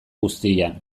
guztian